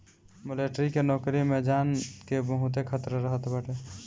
military के नोकरी में जान के बहुते खतरा रहत बाटे